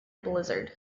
blizzard